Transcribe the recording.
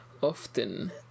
often